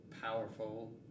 powerful